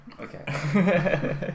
Okay